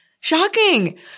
Shocking